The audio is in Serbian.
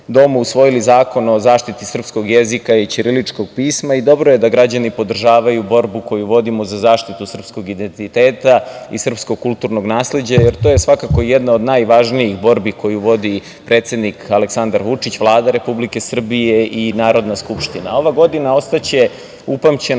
usvojili Zakon o zaštiti srpskog jezika i ćiriličnog pisma i dobro je da građani podržavaju borbu koju vodimo za zaštitu srpskog identiteta i srpskog kulturnog nasleđa, jer to je svakako jedna od najvažnijih borbi koju vodi predsednik Aleksandar Vučić, Vlada Republike Srbije i Narodna skupština. Ova godina će ostati upamćena